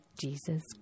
Jesus